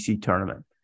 tournament